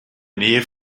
nähe